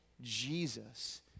Jesus